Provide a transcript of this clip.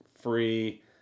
free